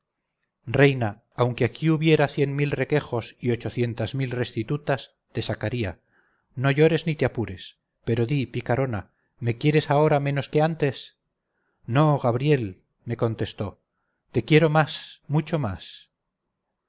reina aunque aquí hubiera cien mil requejos y ochocientas mil restitutas te sacaría no llores ni te apures pero di picarona me quieres ahora menos que antes no gabriel me contestó te quiero más mucho más